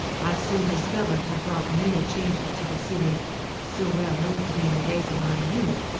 i soon discovered had brought many changes to the city so well known to me in the days of my youth.